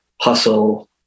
hustle